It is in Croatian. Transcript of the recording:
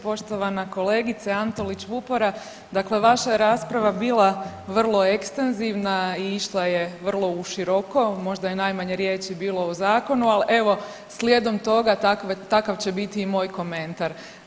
Poštovana kolegice Antolić Vupora, dakle vaša rasprava je bila vrlo ekstenzivna i išla je vrlo uširoko, možda je najmanje riječi bilo o zakonu, al evo slijedom toga takav će biti i moj komentar.